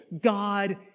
God